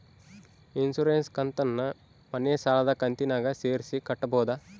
Insurance ಕಂತನ್ನ ಮನೆ ಸಾಲದ ಕಂತಿನಾಗ ಸೇರಿಸಿ ಕಟ್ಟಬೋದ?